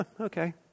okay